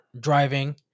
driving